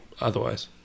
otherwise